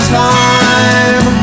time